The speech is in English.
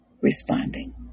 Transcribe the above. responding